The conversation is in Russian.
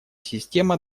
система